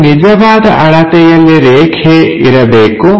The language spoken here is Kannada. ಇಲ್ಲಿ ನಿಜವಾದ ಅಳತೆಯಲ್ಲಿ ರೇಖೆ ಇರಬೇಕು